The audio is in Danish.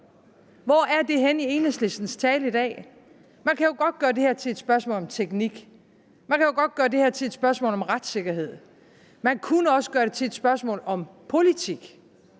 Hvor er det henne i Enhedslistens tale i dag? Man kan jo godt gøre det her til et spørgsmål om teknik. Man kan jo godt gøre det her til et spørgsmål om retssikkerhed. Man kunne også gøre det til et spørgsmål om politik,